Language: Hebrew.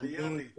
טוב